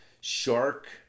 Shark